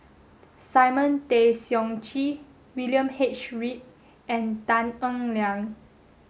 Simon Tay Seong Chee William H Read and Tan Eng Liang